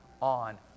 on